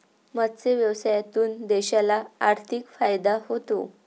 मत्स्य व्यवसायातून देशाला आर्थिक फायदा होतो